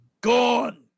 Gone